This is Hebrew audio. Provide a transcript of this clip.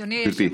אדוני היושב-ראש,